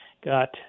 got